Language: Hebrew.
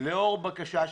לאור בקשה שלי,